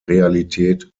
realität